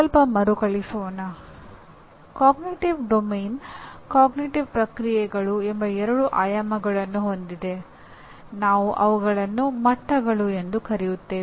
ಸ್ವಲ್ಪ ಮರುಕಳಿಸೋಣ cognitive domain ಅರಿವಿನ ಪ್ರಕ್ರಿಯೆಗಳು ಎಂಬ ಎರಡು ಆಯಾಮಗಳನ್ನು ಹೊಂದಿದೆ ನಾವು ಅವುಗಳನ್ನು ಹಂತಗಳು ಎಂದು ಕರೆಯುತ್ತೇವೆ